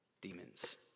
demons